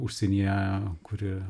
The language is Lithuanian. užsienyje kuri